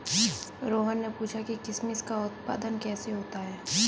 रोहन ने पूछा कि किशमिश का उत्पादन कैसे होता है?